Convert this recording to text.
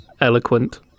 eloquent